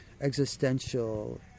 existential